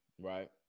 right